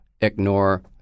ignore